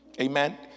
amen